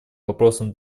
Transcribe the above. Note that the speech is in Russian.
вопросом